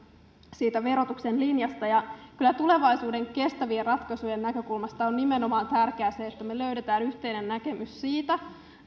verotuksen linjasta kyllä tulevaisuuden kestävien ratkaisujen näkökulmasta on tärkeää nimenomaan se että me löydämme yhteisen näkemyksen siitä